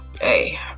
hey